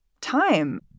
time